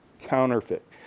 counterfeit